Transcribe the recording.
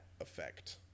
effect